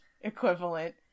equivalent